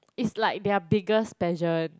it's like their biggest pageant